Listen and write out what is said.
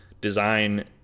design